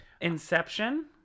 Inception